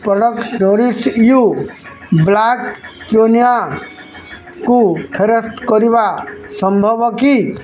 product nourish you black କ୍ୱିନୋକୁ ଫେରସ୍ତ କରିବା ସମ୍ଭବ କି